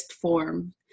form